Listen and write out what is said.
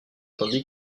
tandis